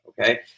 Okay